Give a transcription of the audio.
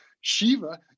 Shiva